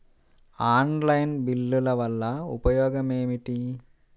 Online బిల్లుల వల్ల ఉపయోగమేమిటీ?